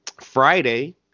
Friday